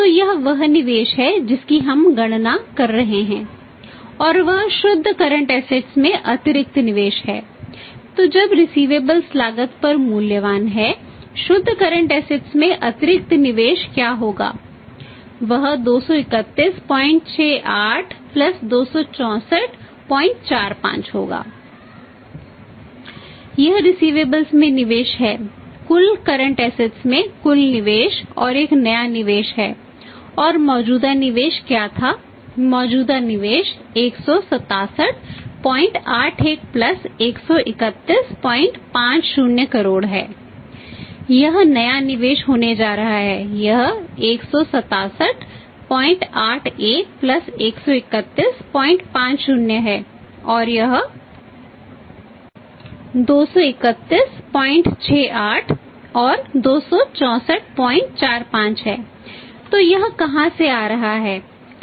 तो यह वह निवेश है जिसकी हम यहां गणना कर रहे हैं और वह शुद्ध करंट असेट्स में अतिरिक्त निवेश क्या होगा वह 23168 प्लस 26445 होगा